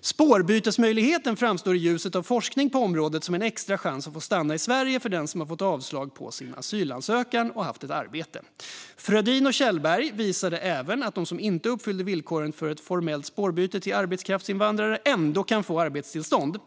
"Spårbytesmöjligheten framstår i ljuset av forskning på området som en extra chans att få stanna i Sverige för den som har fått avslag på sin asylansökan och haft ett arbete i Sverige. Frödin och Kjellberg visade att även de som inte uppfyllde villkoren för ett formellt spårbyte till arbetskraftsinvandrare, ändå kunde få arbetstillstånd .